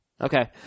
Okay